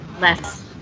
less